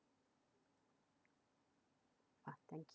ah thank you